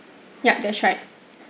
yup that's right